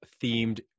themed